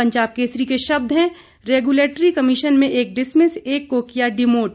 पंजाब केसरी के शब्द हैं रैगुलेटरी कमीशन में एक डिसमिस एक को किया डिमोट